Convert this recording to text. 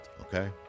okay